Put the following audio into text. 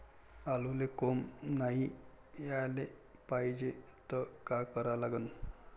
आलूले कोंब नाई याले पायजे त का करा लागन?